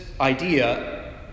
idea